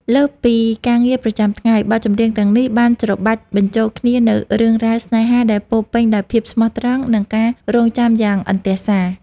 លើសពីការងារប្រចាំថ្ងៃ បទចម្រៀងទាំងនេះបានច្របាច់បញ្ចូលគ្នានូវរឿងរ៉ាវស្នេហាដែលពោរពេញដោយភាពស្មោះត្រង់ និងការរង់ចាំយ៉ាងអន្ទះសារ។